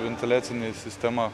ventiliacinė sistema